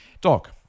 Doc